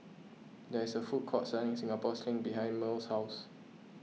there is a food court selling Singapore Sling behind Merle's house